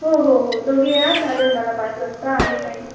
हो हो हो दोघे या चालेल मला पाच वाजता आहे टाईम